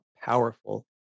powerful